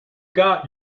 got